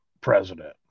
president